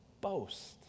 boast